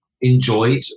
enjoyed